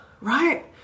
right